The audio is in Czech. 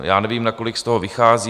Já nevím, nakolik z toho vychází.